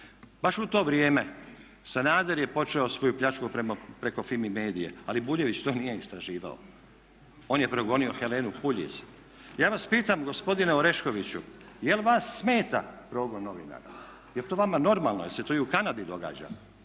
Baš u to vrijeme Sanader je počeo svoju pljačku preko FIMI Medie, ali Buljević to nije istraživao. On je progonio Helenu Puljiz. Ja vas pitam gospodine Oreškoviću jel' vas smeta progon novinara? Jel' to vama normalno? Jel' se to i u Kanadi događa